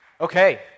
Okay